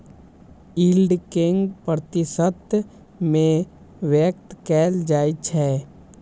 yield कें प्रतिशत मे व्यक्त कैल जाइ छै